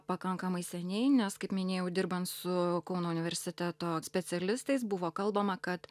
pakankamai seniai nes kaip minėjau dirbant su kauno universiteto specialistais buvo kalbama kad